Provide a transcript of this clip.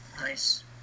Nice